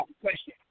question